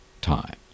time